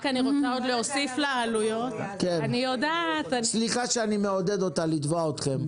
רק אני רוצה עוד להוסיף לעלויות -- סליחה שאני מעודד אותה לתבוע אתכם.